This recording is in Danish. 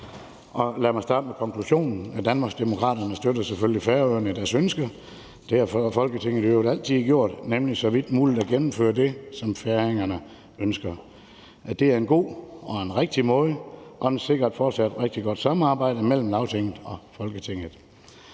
Og lad mig starte med konklusionen: Danmarksdemokraterne støtter selvfølgelig Færøerne i deres ønske. Det har Folketinget i øvrigt altid gjort, nemlig så vidt muligt gennemført det, som færingerne ønsker. Det er en god og en rigtig måde, og den sikrer et fortsat rigtig godt samarbejde mellem Lagtinget og Folketinget.